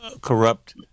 corrupt